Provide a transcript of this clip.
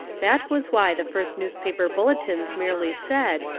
that was why the first newspaper bulletins merely said,